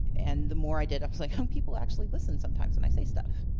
and the more i did i was like, some people actually listen sometimes when i say stuff.